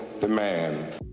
demand